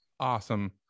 Awesome